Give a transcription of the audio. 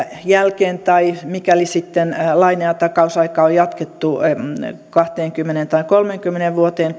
jälkeen tai mikäli sitten lainojen takausaikaa on jatkettu kahteenkymmeneen tai kolmeenkymmeneen vuoteen